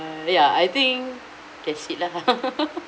ya I think that's it lah